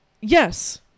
yes